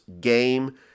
game